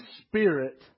Spirit